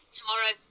tomorrow